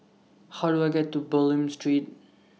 How Do I get to Bulim Street